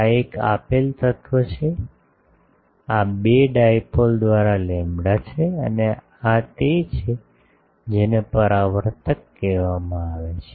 આ એક આપેલ તત્વ છે આ 2 ડાઇપોલ દ્વારા લેમ્બડા છે અને આ તે છે જેને પરાવર્તક કહેવામાં આવે છે